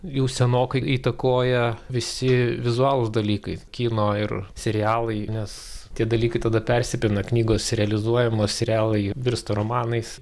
jau senokai įtakoja visi vizualūs dalykai kino ir serialai nes tie dalykai tada persipina knygos realizuojamos serialai virsta romanais